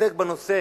להתעסק בנושא